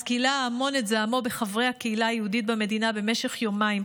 אז כילה ההמון את זעמו בחברי הקהילה היהודית במדינה במשך יומיים.